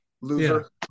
loser